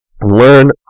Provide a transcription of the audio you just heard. learn